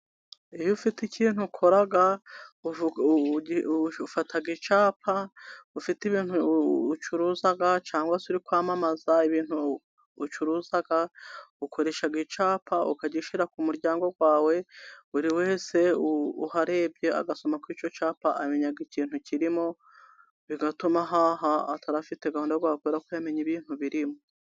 Iyo ufite ikintu ukora ufata icyapa, ufite ibintu ucuruza cyangwa se uri kwamamaza, ibintu ucuruza ukoresha icyapa, ukajya ushyira ku muryango wawe, buri wese uharebye agasoma kuri icyo cyapa amenya ikintu kirimo, bigatuma ahaha atari afite gahunda, kubera ko yamenye ibintu birimo.